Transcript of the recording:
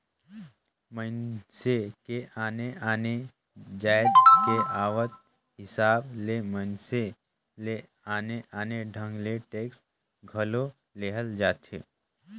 मइनसे के आने आने जाएत के आवक हिसाब ले मइनसे ले आने आने ढंग ले टेक्स घलो लेहल जाथे